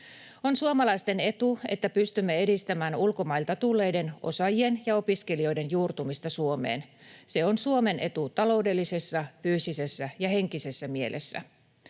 On suomalaisten etu, että pystymme edistämään ulkomailta tulleiden osaajien ja opiskelijoiden juurtumista Suomeen. Se on Suomen etu taloudellisessa, fyysisessä ja henkisessä mielessä.